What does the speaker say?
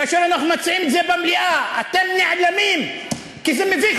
כאשר אנחנו מציעים את זה במליאה אתם נעלמים כי זה מביך